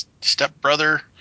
stepbrother